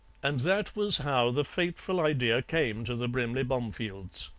and that was how the fateful idea came to the brimley bomefields.